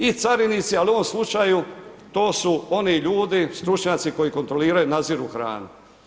I carinici, ali u ovom slučaju to su oni ljudi, stručnjaci koji kontroliraju, nadziru hranu.